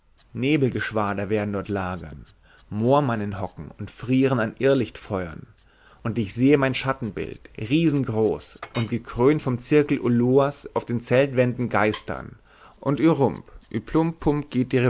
nebelgeschwader werden dort lagern moormannen hocken und frieren an irrlichtfeuern und ich sehe mein schattenbild riesengroß und gekrönt vom zirkel ulloas auf den zeltwänden geistern und ü rump ü plump pump geht